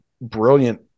brilliant